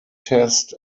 test